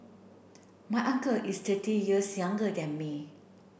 my uncle is thirty years younger than me